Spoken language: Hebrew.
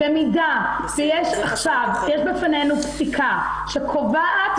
במידה ויש עכשיו בפנינו פסיקה שקובעת